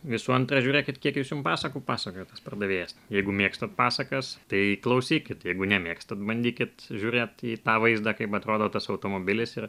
visų antra žiūrėkit kiek jis jum pasakų pasakoja tas pardavėjas jeigu mėgstat pasakas tai klausykit jeigu nemėgstat bandykit žiūrėti į tą vaizdą kaip atrodo tas automobilis ir